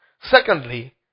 Secondly